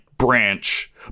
branch